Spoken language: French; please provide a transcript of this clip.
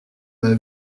m’a